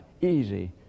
easy